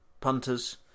punters